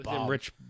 rich